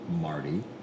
Marty